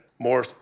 more